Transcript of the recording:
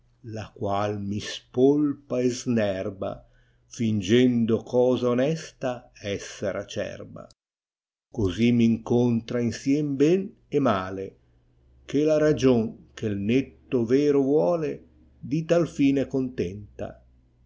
la qual mi spolpa e snerba fingendo cosa onesta esser acerba così m incontra insieme ben e male che la ragion ehe netto vero vuole di tal fin è contenta